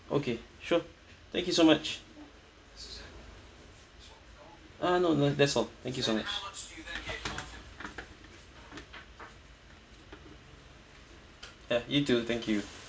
okay sure thank you so much uh no no that's all thank you so much ya you too thank you